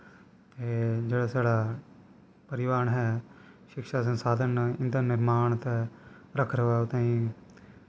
जेह्ड़ा साढ़ा परिवाह्न ऐ शिक्षा संसाधन नै इंदा निर्वान तै रक्ख रखाव तांई